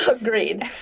Agreed